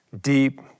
deep